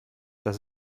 das